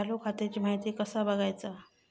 चालू खात्याची माहिती कसा बगायचा?